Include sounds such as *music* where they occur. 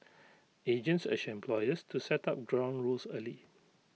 *noise* agents urged employers to set up ground rules early